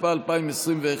התשפ"א 2021,